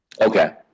Okay